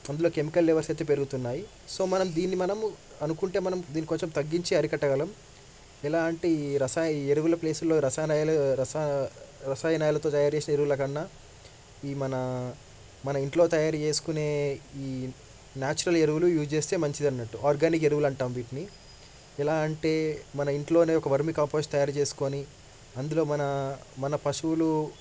అందులో chemical levels అయితే పెరుగుతున్నాయి సో మనం దీన్ని మనం అనుకుంటే మనం దీన్ని కొంచం తగ్గించి అరికట్టగలం ఎలా అంటే ఈ రసా ఈ ఎరువుల ప్లేస్లో రసాయనాలు రసా రసాయనాలతో తయారు చేసిన ఎరువుల కన్నా ఈ మన మన ఇంట్లో తయారు చేసుకునే ఈ న్యాచురల్ ఎరువులు యూస్ చేస్తే మంచిది అన్నట్టు ఆర్గానిక్ ఎరువులు అంటాం వీటిని ఎలా అంటే మన ఇంట్లోనే ఒక వర్మి కంపోస్ట్ తయారు చేసుకొని అందులో మన మన పశువులు